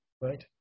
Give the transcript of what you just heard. Right